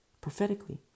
Prophetically